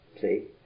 See